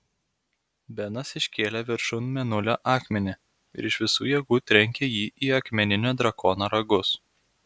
benas iškėlė viršun mėnulio akmenį ir iš visų jėgų trenkė jį į akmeninio drakono ragus